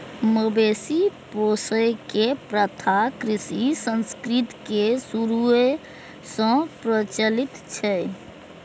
मवेशी पोसै के प्रथा कृषि संस्कृति के शुरूए सं प्रचलित छै